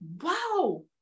wow